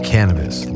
Cannabis